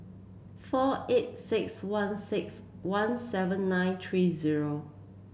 four eight six one six one seven nine three zero